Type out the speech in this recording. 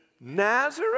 Nazareth